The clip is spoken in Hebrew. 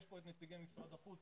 נמצאים כאן נציגי משרד החוץ.